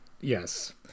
Yes